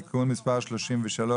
תיקון מספר 33,